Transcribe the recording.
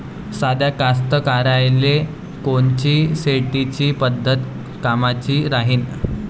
साध्या कास्तकाराइले कोनची शेतीची पद्धत कामाची राहीन?